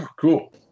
Cool